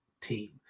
team